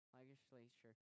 legislature